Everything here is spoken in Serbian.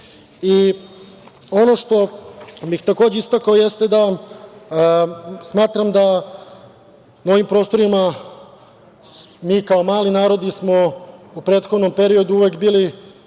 što bih takođe istakao jeste da smatram da na ovim prostorima mi kao mali narodi smo u prethodnom periodu uvek bili